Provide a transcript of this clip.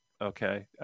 Okay